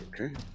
okay